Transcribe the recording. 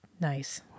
Nice